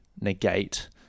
negate